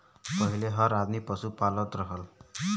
पहिले हर आदमी पसु पालत रहल